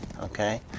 okay